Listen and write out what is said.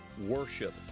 worship